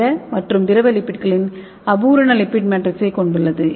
திட மற்றும் திரவ லிப்பிட்களின் அபூரண லிப்பிட் மேட்ரிக்ஸைக் கொண்டுள்ளது